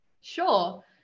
Sure